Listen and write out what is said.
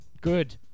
Good